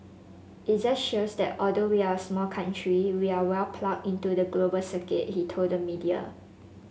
it just shows that although we're a small country we're well plugged into the global circuit he told the media